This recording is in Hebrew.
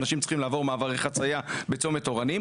אנשים צריכים לעבור מעברי חציה בצומת אורנים,